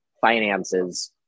finances